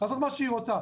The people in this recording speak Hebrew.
לעשות מה שהיא רוצה,